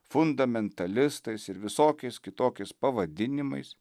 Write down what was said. fundamentalistais ir visokiais kitokiais pavadinimais